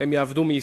היו עובדים מישראל.